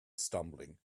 stumbling